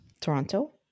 Toronto